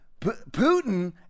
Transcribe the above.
Putin